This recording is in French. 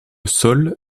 sol